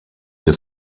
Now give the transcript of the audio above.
your